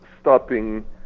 stopping